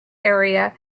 area